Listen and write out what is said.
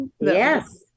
Yes